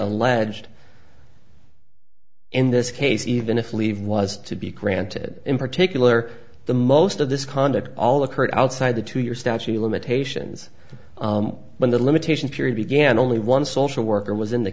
alleged in this case even if leave was to be granted in particular the most of this conduct all occurred outside the two year statute of limitations when the limitation period began only one social worker was in the